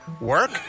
Work